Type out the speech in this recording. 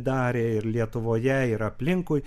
darė ir lietuvoje ir aplinkui